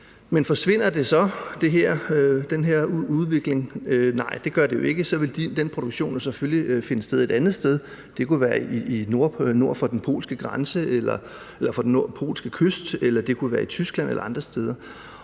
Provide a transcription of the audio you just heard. Men forsvinder den her udvikling så? Nej, det gør den jo ikke, for så vil den produktion jo selvfølgelig finde sted et andet sted, det kunne være nord for den polske kyst, eller det kunne være i Tyskland eller andre steder.